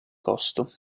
costo